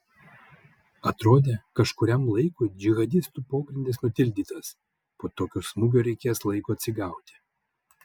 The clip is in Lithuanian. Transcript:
atrodė kažkuriam laikui džihadistų pogrindis nutildytas po tokio smūgio reikės laiko atsigauti